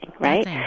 right